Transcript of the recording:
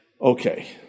Okay